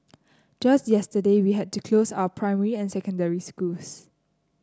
just yesterday we had to close our primary and secondary schools